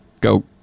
go